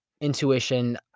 intuition